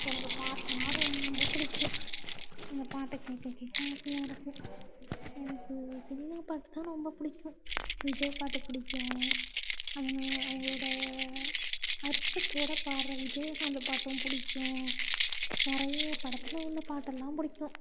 எனக்கு பாட்டுன்னா ரொம்ப பிடிக்கும் அந்த பாட்டை கேட்க கேட்க ஆசையாக இருக்கும் எனக்கு சினிமா பாட்டு தான் ரொம்ப பிடிக்கும் விஜய் பாட்டு பிடிக்கும் அவங்க அவங்களோட அர்த்தத்தோட பாடுற விஜயகாந்த் பாட்டும் பிடிக்கும் நிறைய படத்தில் உள்ள பாட்டெல்லாம் பிடிக்கும்